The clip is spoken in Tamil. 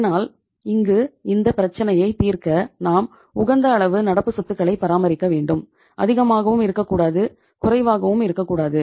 அதனால் இங்கு இந்த பிரச்னையை தீர்க்க நாம் உகந்த அளவு நடப்புச் சொத்துக்களை பராமரிக்க வேண்டும் அதிகமாகவும் இருக்கக்கூடாது குறைவாகவும் இருக்கக் கூடாது